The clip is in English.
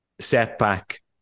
setback